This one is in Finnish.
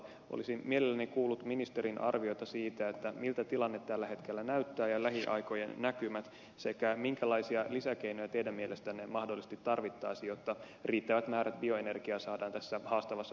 olisin mielelläni kuullut ministerin arviota siitä miltä tilanne tällä hetkellä näyttää ja mitkä ovat lähiaikojen näkymät ja minkälaisia lisäkeinoja teidän mielestänne mahdollisesti tarvittaisiin jotta riittävät määrät bioenergiaa saadaan tässä haastavassa rakennemuutostilanteessakin liikkeelle